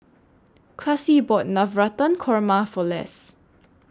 Classie bought Navratan Korma For Les